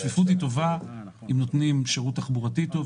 צפיפות היא טובה אם נותנים שירות תחבורתי טוב,